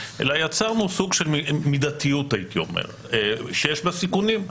אלא יצרנו סוג של מידתיות, שיש בה סיכונים.